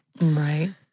Right